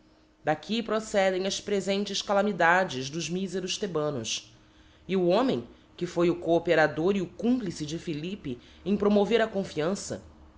daqui procedem as prefentes calamidades dos miferos thebanos e o homem que foi o cooperador e o complice de philippe em promover a confiança